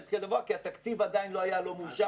להתחיל כי התקציב עדיין לא היה לו מאושר.